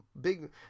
big